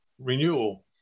renewal